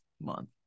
Month